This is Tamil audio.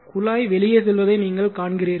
குழாய் வெளியே செல்வதை நீங்கள் காண்கிறீர்கள்